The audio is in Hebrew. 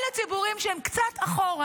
אלה ציבורים שהם קצת אחורה,